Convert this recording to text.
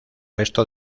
resto